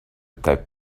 taped